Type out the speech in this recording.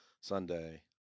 sunday